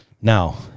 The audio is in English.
Now